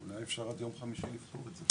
אולי אפשר עד יום חמישי לבחון את זה?